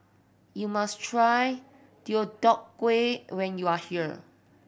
you must try Deodeok Gui when you are here